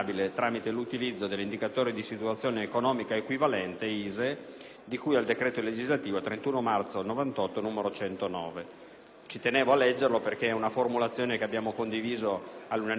ci tenevo a leggere questo testo perché è una formulazione che abbiamo condiviso all'unanimità in Commissione e ci farebbe piacere che il Governo potesse accoglierlo.